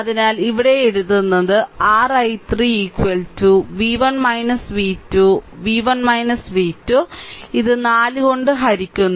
അതിനാൽ ഇവിടെ എഴുതുന്നത് r i3 v1 v2 v1 v2 ഈ 4 കൊണ്ട് ഹരിക്കുന്നു